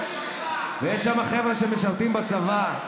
ויש שם חבר'ה שמשרתים בצבא.